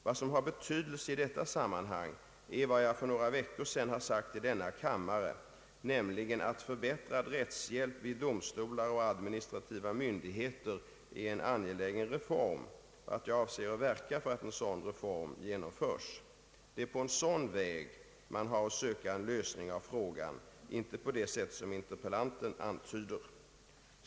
Vad som har betydelse i detta sammanhang är vad jag för några veckor sedan har sagt i denna kammare, nämligen att förbättrad rättshjälp vid domstolar och administrativa myndigheter är en angelägen reform och att jag avser att verka för att en sådan reform genomförs. Det är på en sådan väg man har att söka en lösning av frågan, inte på det sätt som interpellanten antyder.